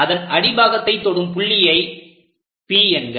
அதன் அடி பாகத்தை தொடும் புள்ளியை P என்க